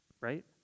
right